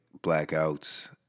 blackouts